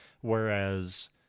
Whereas